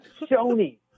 Sony